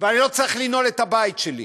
ואני לא צריך לנעול את הבית שלי,